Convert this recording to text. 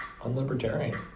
unlibertarian